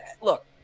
look